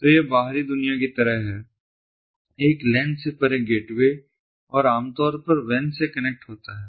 तो यह बाहरी दुनिया की तरह है एक लैन से परे गेटवे और आमतौर पर WAN से कनेक्ट होता है